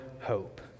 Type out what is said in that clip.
hope